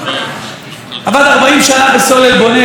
עבד 40 שנה בסולל בונה,